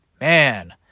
man